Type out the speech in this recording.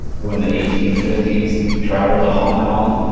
who in the eighteen fifty s traveled to hong kong,